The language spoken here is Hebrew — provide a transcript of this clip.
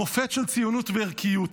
מופת של ציונות וערכיות.